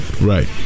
Right